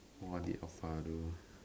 what did alpha do